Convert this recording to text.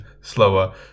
slower